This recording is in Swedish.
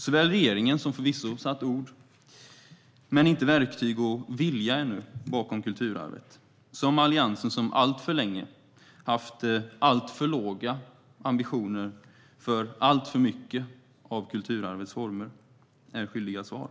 Såväl regeringen, som förvisso satt ord men inte verktyg och vilja bakom kulturarvet ännu, som Alliansen, som alltför länge haft alltför låga ambitioner för alltför mycket av kulturarvets former, är skyldiga svar.